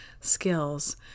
skills